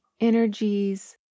energies